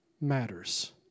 matters